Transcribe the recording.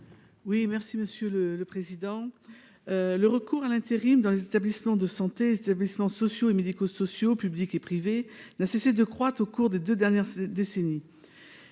l’amendement n° 12 rectifié. Le recours à l’intérim dans les établissements de santé, les établissements sociaux et médico sociaux, publics et privés, n’a cessé de croître au cours des deux dernières décennies.